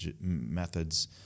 methods